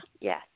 Yes